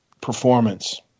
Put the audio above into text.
performance